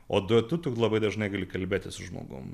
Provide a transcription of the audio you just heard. o duetu tu labai dažnai gali kalbėtis su žmogum